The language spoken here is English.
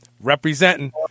representing